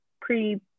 pre